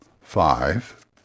five